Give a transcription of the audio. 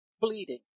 bleeding